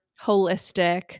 holistic